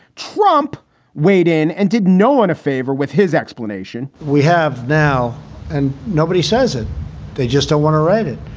trump weighed in and did no one a favor with his explanation. we have now and nobody says it they just don't want to read it.